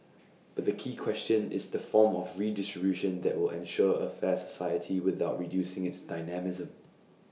but the key question is the form of redistribution that will ensure A fair society without reducing its dynamism